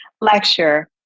lecture